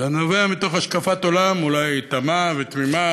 זה נובע מתוך השקפת עולם אולי תמה ותמימה,